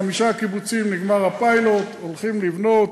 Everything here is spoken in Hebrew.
חמישה קיבוצים, נגמר הפיילוט, הולכים לבנות.